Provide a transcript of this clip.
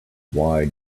why